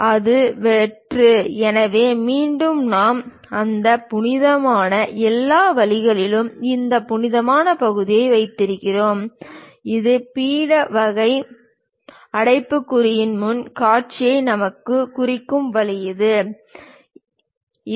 அது வெற்று எனவே மீண்டும் நாம் அந்த புனிதமான எல்லா வழிகளிலும் இந்த புனிதமான பகுதியை வைத்திருக்கிறோம் இந்த பீட வகை அடைப்புக்குறியின் முன் காட்சியை நாங்கள் குறிக்கும் வழி இது